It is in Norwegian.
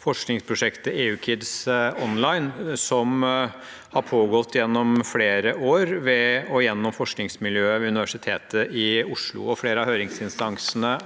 forskningsprosjektet EU Kids Online. Det har pågått gjennom flere år ved og gjennom forskningsmiljøet ved Universitetet i Oslo. Flere av høringsinstansene